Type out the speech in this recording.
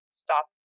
stop